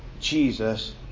Jesus